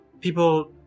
People